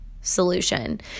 solution